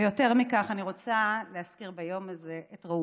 ויותר מכך אני רוצה להזכיר ביום הזה את רעות.